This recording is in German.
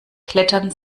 klettern